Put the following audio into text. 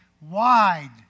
Wide